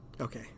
okay